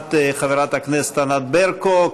ביוזמת חברת הכנסת ענת ברקו,